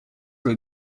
were